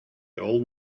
old